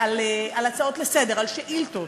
על הצעות לסדר-היום, על שאילתות,